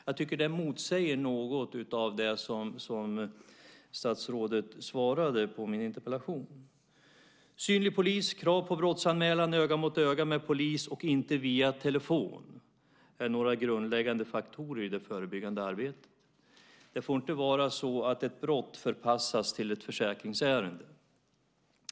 Jag tycker att detta något motsäger det statsrådet svarade på min interpellation. Synlig polis samt krav på brottsanmälan öga mot öga med polis och inte via telefon är några grundläggande faktorer i det förebyggande arbetet. Det får inte vara så att ett brott förpassas till att bli ett försäkringsärende.